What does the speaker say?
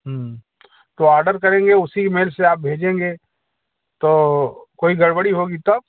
तो आर्डर करेंगे उसी मेल से आप भेजेंगे तो कोई गड़बड़ी होगी तब